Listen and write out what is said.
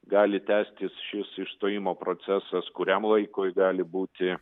gali tęstis šis išstojimo procesas kuriam laikui gali būti